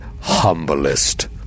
humblest